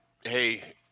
hey